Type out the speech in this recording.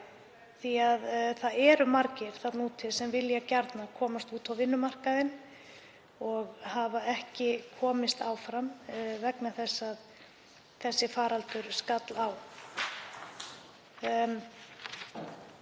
því að það eru margir sem vilja gjarnan komast út á vinnumarkaðinn og hafa ekki komist áfram vegna þess að þessi faraldur skall á.